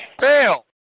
Fail